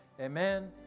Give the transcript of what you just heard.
Amen